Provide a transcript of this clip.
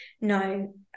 no